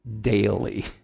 daily